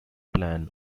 plan